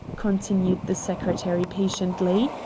continued the secretary patiently,